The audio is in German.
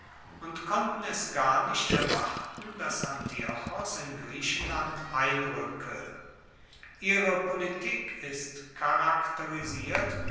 und konnten es gar nicht erwarten dass antiochos in griechenland einruecke ihre politik ist charakterisiert